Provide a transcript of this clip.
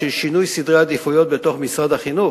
של שינוי סדרי עדיפויות בתוך משרד החינוך,